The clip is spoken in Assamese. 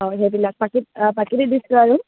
অঁ সেইবিলাক পাকি প্ৰাকৃতিক দৃশ্য় আৰু